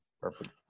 Perfect